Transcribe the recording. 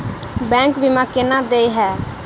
Bank बीमा केना देय है?